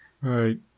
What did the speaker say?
Right